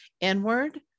inward